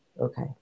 Okay